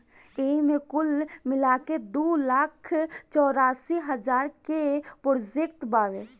एईमे कुल मिलाके दू लाख चौरासी हज़ार के प्रोजेक्ट बावे